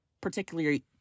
particularly